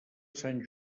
sant